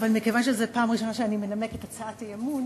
אבל מכיוון שזו פעם ראשונה שאני מנמקת הצעת אי-אמון,